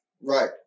Right